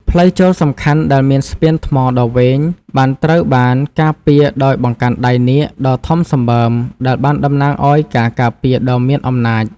ផ្លូវចូលសំខាន់ដែលមានស្ពានថ្មដ៏វែងបានត្រូវបានការពារដោយបង្កាន់ដៃនាគដ៏ធំសម្បើមដែលបានតំណាងឲ្យការការពារដ៏មានអំណាច។